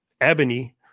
Ebony